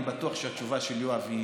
אני בטוח שהתשובה של יואב היא